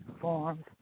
forms